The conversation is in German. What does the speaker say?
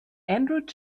andrew